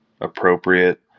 appropriate